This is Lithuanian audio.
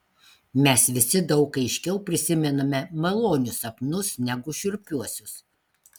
mes visi daug aiškiau prisimename malonius sapnus negu šiurpiuosius